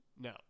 No